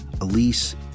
Elise